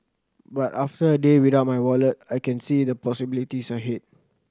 but after a day without my wallet I can see the possibilities ahead